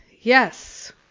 yes